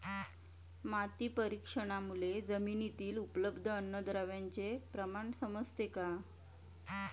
माती परीक्षणामुळे जमिनीतील उपलब्ध अन्नद्रव्यांचे प्रमाण समजते का?